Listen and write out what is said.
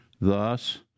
Thus